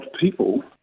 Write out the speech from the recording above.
people